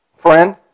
Friend